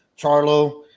Charlo